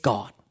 God